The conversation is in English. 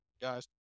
guys